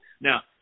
Now